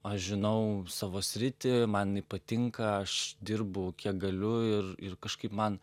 aš žinau savo sritį man jinai patinka aš dirbu kiek galiu ir ir kažkaip man